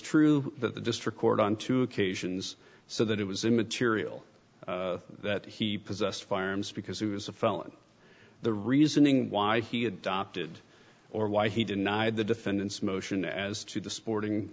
true that the district court on two occasions so that it was immaterial that he possessed firearms because he was a felon the reasoning why he adopted or why he denied the defendant's motion as to the sporting